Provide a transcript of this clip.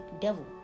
devil